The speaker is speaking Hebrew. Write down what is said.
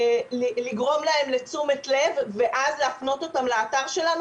לגרום להם לתשומת לב ואז להפנות אותם לאתר שלנו